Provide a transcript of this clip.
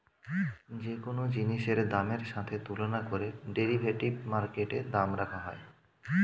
যে কোন জিনিসের দামের সাথে তুলনা করে ডেরিভেটিভ মার্কেটে দাম রাখা হয়